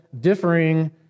differing